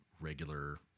regular